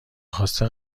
خواسته